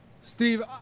steve